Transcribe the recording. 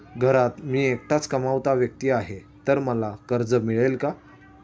घरात मी एकटाच कमावता व्यक्ती आहे तर मला कर्ज मिळेल का?